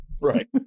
Right